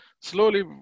slowly